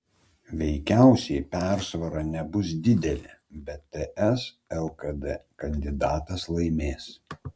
veikiausiai persvara nebus didelė bet ts lkd kandidatas laimės